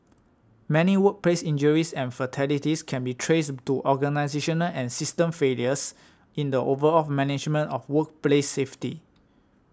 many workplace injuries and fatalities can be traced to organisational and system failures in the overall management of workplace safety